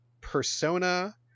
persona